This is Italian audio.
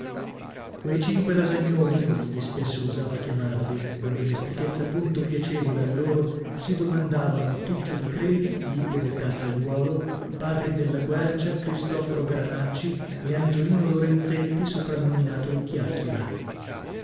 quei cinque lasagnoni com'egli spesso usava chiamarli con dimestichezza punto piacevole a loro si domandavano tuccio di credi lippo del calzaiuolo parri della quercia cristoforo granacci e angiolino lorenzetti soprannominato il chiacchiera